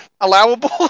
allowable